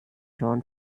drawn